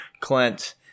Clint